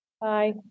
Bye